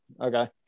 Okay